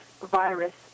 virus